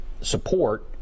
support